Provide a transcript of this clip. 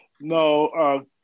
No